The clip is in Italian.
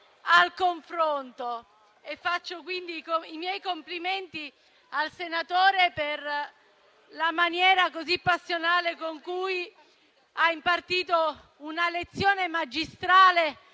al confronto. Faccio quindi i miei complimenti al senatore per la maniera così passionale con cui ha impartito una lezione magistrale